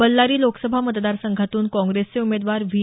बल्लारी लोकसभा मतदारसंघातून काँग्रेसचे उमेदवार व्ही